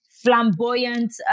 flamboyant